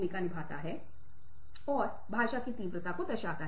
रूपांतरणों और विविधताओं के लिए सुनना